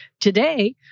Today